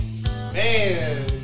Man